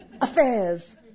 affairs